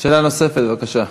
שאלה נוספת, בבקשה.